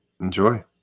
Enjoy